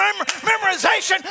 memorization